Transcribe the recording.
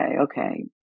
okay